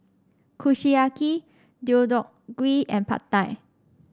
Kushiyaki Deodeok Gui and Pad Thai